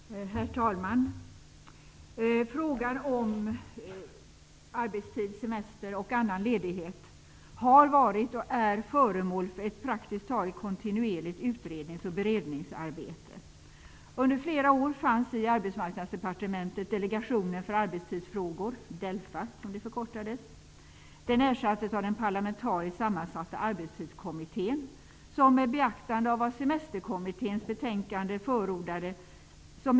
Herr talman! Frågorna om arbetstid, semester och annan ledighet har varit och är föremål för ett praktiskt taget kontinuerligt utrednings och beredningsarbete. årsarbetstid.